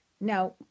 Now